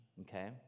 okay